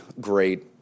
great